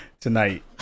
tonight